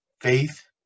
Faith